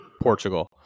Portugal